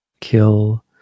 kill